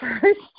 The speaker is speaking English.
first